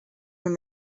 when